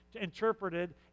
interpreted